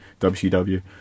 WCW